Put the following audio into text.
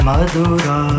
Madura